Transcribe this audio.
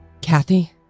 Kathy